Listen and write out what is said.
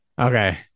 Okay